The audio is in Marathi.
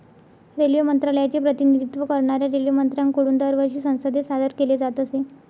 रेल्वे मंत्रालयाचे प्रतिनिधित्व करणाऱ्या रेल्वेमंत्र्यांकडून दरवर्षी संसदेत सादर केले जात असे